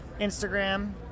Instagram